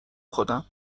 خودم